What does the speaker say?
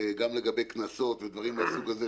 גם לגבי קנסות ודברים מהסוג הזה,